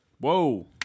whoa